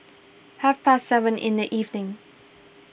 half past seven in the evening